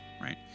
right